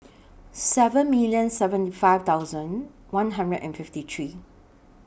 seven million seventy five thousand one hundred and fifty three